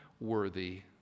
worthy